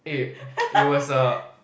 it it was a